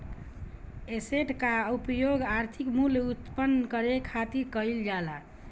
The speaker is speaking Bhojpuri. एसेट कअ उपयोग आर्थिक मूल्य उत्पन्न करे खातिर कईल जाला